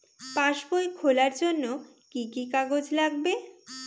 পাসবই খোলার জন্য কি কি কাগজ লাগবে?